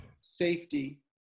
safety